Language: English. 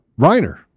Reiner